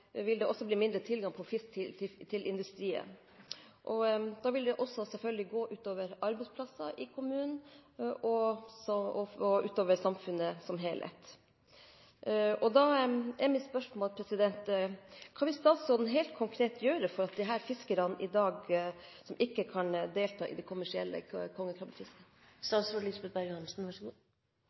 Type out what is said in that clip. vil det bli mindre tilgang på fisk til industrien. Det vil selvfølgelig også gå ut over arbeidsplasser i kommunen og samfunnet som helhet. Da er mitt spørsmål: Hva vil statsråden helt konkret gjøre for disse fiskerne som i dag ikke kan delta i det kommersielle kongekrabbefisket?